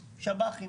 כן.